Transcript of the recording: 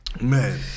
Man